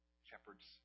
Shepherds